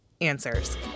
answers